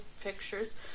Pictures